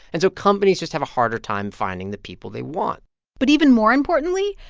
and so companies just have a harder time finding the people they want but even more importantly,